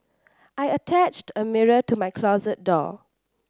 I attached a mirror to my closet door